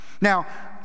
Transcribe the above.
Now